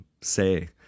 say